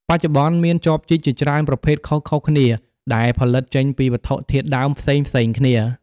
បច្ចុប្បន្ន មានចបជីកជាច្រើនប្រភេទខុសៗគ្នា ដែលផលិតចេញពីវត្ថុធាតុដើមផ្សេងៗគ្នា។